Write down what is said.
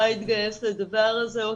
תודה.